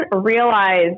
realize